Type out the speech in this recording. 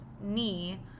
knee